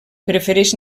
prefereix